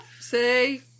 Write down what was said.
say